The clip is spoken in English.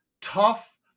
tough